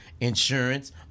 insurance